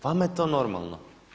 Vama je to normalno.